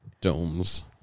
domes